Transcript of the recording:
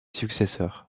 successeur